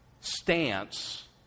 stance